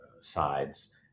sides